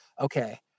okay